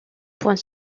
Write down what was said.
point